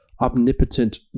omnipotent